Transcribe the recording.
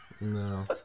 no